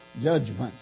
judgments